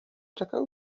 czekał